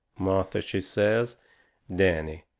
martha, she says danny,